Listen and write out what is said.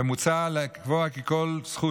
ומוצע לקבוע כי כל זכות